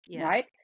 right